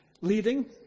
Leading